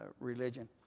religion